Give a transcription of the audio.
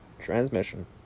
transmission